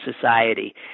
society